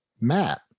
Matt